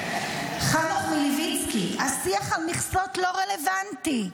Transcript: חנוך מלביצקי: "השיח על מכסות לא רלוונטי",